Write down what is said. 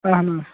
اَہَنا